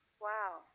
Wow